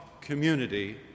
community